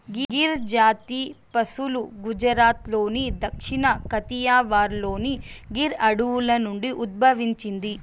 గిర్ జాతి పసులు గుజరాత్లోని దక్షిణ కతియావార్లోని గిర్ అడవుల నుండి ఉద్భవించింది